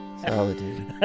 Solitude